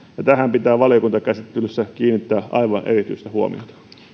ja tähän pitää valiokuntakäsittelyssä kiinnittää aivan erityistä huomiota